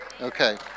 Okay